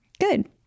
good